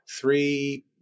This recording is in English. three